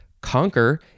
Conquer